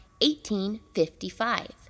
1855